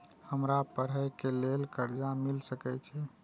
हमरा पढ़े के लेल कर्जा मिल सके छे?